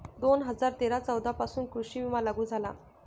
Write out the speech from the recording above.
दोन हजार तेरा चौदा पासून कृषी विमा लागू झाला